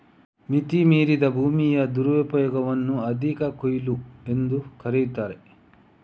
ಮಿತಿ ಮೀರಿದ ಭೂಮಿಯ ದುರುಪಯೋಗವನ್ನು ಅಧಿಕ ಕೊಯ್ಲು ಎಂದೂ ಕರೆಯುತ್ತಾರೆ